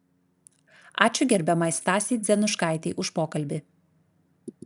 ačiū gerbiamai stasei dzenuškaitei už pokalbį